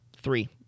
Three